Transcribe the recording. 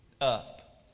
up